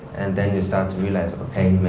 and then you start to realize, okay,